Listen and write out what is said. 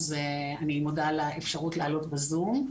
אני מודה על האפשרות לעלות בזום.